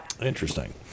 interesting